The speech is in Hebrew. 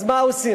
אז מה עושים?